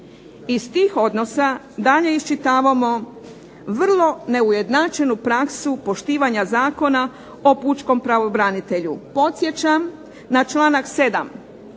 Iz tih odnosa dalje iščitavamo vrlo neujednačenu praksu poštivanja Zakona o pučkom pravobranitelju. Podsjećam na članak 7.